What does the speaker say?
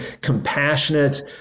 compassionate